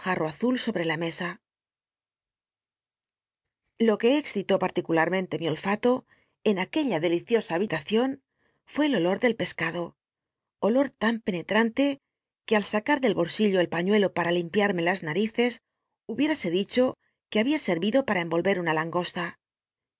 nul sobre la mesa lo que excitó parlicula rmente mi olfato en aquella deliciosa habitacion fué el olor del pescado olor ta n penetrante que al sacar del holsillo el pañuelo para limpiarme las narices hubiérase dicho que había serrido para envoher una hmgosta